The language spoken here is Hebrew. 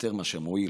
יותר מאשר מועיל.